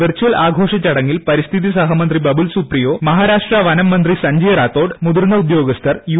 വെൽച്ചൽ ആഘോഷ ചടങ്ങിൽ പരിസ്ഥിതി സഹമന്ത്രീ ബബുൽ സൂപ്രിയോ മഹാരാഷ്ട്ര വനം മന്ത്രി സഞ്ജയ് റാതോഡ് മുതിർന്ന ഉദ്യോഗസ്ഥർ യു